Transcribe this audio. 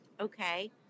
Okay